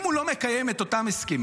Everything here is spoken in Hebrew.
אם הוא לא מקיים את אותם הסכמים,